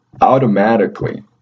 Automatically